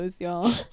y'all